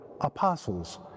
apostles